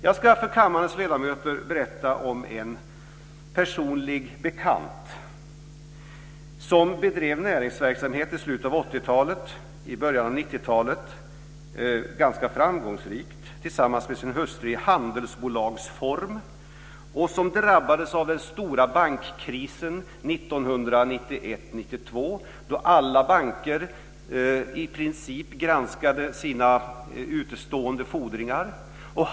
Jag ska för kammarens ledamöter berätta om en personlig bekant, som bedrev näringsverksamhet i slutet av 80-talet och i början av 90-talet, ganska framgångsrikt, tillsammans med sin hustru i handelsbolagsform. Han drabbades av den stora bankkrisen 1991/1992 då alla banker i princip granskade sina utestående fordringar.